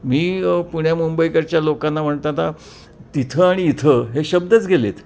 मी पुण्या मुंबईकडच्या लोकांना म्हणताना तिथं आणि इथं हे शब्दच गेले आहेत